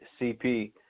CP